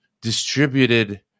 distributed